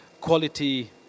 quality